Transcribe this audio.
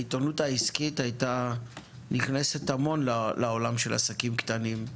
העיתונות העסקית הייתה נכנסת המון לעולם של עסקים קטנים.